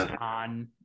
on